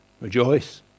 Rejoice